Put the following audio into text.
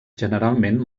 generalment